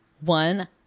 One